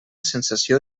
sensació